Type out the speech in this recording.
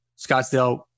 Scottsdale